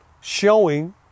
showing